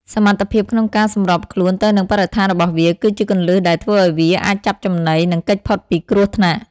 សមត្ថភាពក្នុងការសម្របខ្លួនទៅនឹងបរិស្ថានរបស់វា គឺជាគន្លឹះដែលធ្វើឲ្យវាអាចចាប់ចំណី និងគេចផុតពីគ្រោះថ្នាក់។